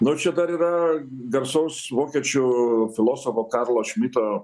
nu čia dar yra garsaus vokiečių filosofo karlo šmito